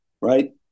right